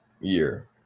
year